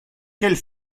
quelle